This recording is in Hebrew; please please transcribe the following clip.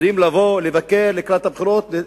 יודעים לבוא, לבקר לקראת הבחירות: